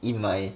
in my